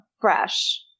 fresh